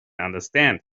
understand